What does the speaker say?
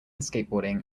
skateboarding